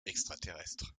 extraterrestre